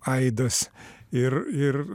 aidas ir ir